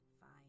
Fine